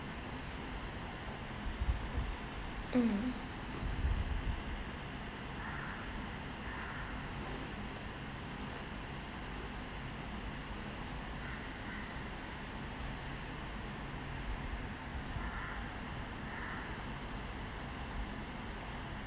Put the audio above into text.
mm